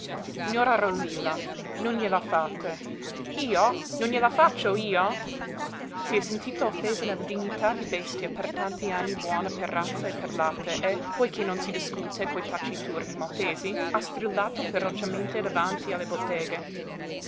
gnora rosilla non gliela fate io non gliela faccio io si è sentita offesa nella dignità di bestia per tanti anni buona per razza e per latte e poiché non si discute coi taciturni maltesi ha strillato ferocemente davanti alle botteghe